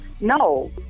no